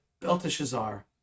Belteshazzar